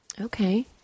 Okay